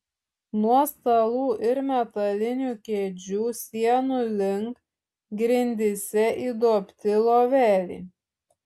nuo stalų ir metalinių kėdžių sienų link grindyse įduobti loveliai